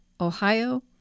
Ohio